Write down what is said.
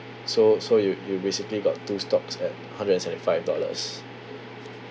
so so you you basically got two stocks at hundred and seventy five dollars